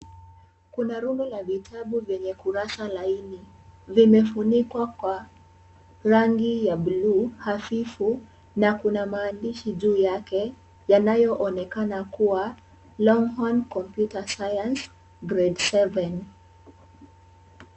Kuna rundo la vitabu vyenye kurasa laini. Vimefunikwa kwa rangi ya bluu hafifu na kuna maandishi juu yake yanayoonekana kuwa longhorn computer science grade seven .